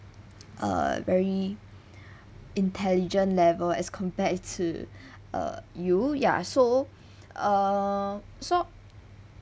uh very intelligent level as compared to uh you ya so err so